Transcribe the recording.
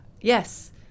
Yes